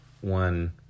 one